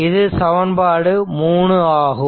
இது சமன்பாடு 3 ஆகும்